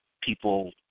people